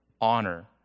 honor